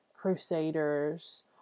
crusaders